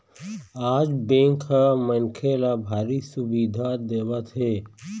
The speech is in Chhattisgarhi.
आज बेंक ह मनखे ल भारी सुबिधा देवत हे